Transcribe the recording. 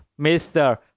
mr